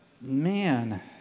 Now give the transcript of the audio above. man